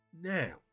now